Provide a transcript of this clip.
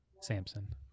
Samson